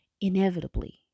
Inevitably